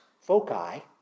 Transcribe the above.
foci